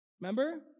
Remember